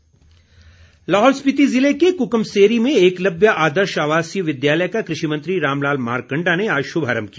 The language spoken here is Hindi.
मारकण्डा लाहौल स्पीति ज़िले के कुकुमसेरी में एकलव्य आदर्श आवासीय विद्यालय का कृषि मंत्री रामलाल मारकण्डा ने आज शुभारम्भ किया